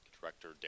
director